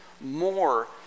more